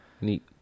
Neat